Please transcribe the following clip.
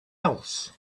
else